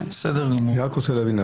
אני רוצה להבין.